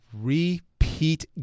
repeat